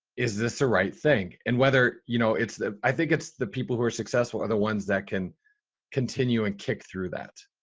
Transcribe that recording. is this the right thing? and whether you know, it's the, i think it's the people who are successful are the ones that can continue and kick through that.